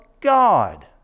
God